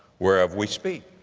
whereof we speak.